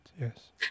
Yes